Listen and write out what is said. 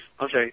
Okay